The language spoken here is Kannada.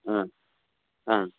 ಹಾಂ ಹಾಂ